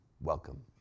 Welcome